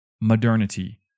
modernity